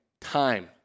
time